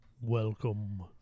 Welcome